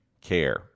care